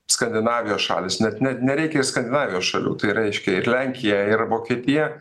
skandinavijos šalys net ne nereikia skandinavijos šalių tai reiškia ir lenkija ir vokietija